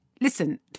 Listen